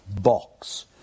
box